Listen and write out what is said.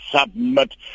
submit